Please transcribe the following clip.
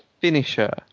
finisher